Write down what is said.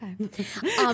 Okay